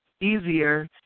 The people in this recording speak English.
easier